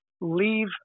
leave